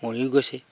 মৰিও গৈছে